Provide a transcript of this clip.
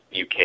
UK